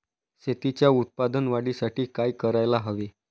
शेतीच्या उत्पादन वाढीसाठी काय करायला हवे?